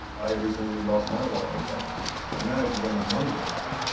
i recently lost my wallet, but i managed to get my money back.